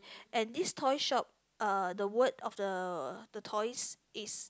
and this toy shop uh the word of the the toys is